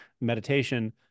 meditation